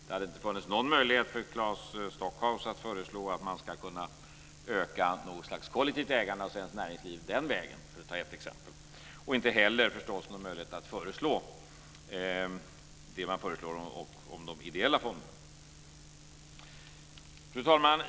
Det hade inte funnits någon möjlighet för Claes Stockhaus att föreslå att man ska kunna öka något slags kollektivt ägande av svenskt näringsliv den vägen - för att ta ett exempel. Det hade inte heller funnits någon möjlighet att föreslå det som man föreslår om de ideella fonderna. Fru talman!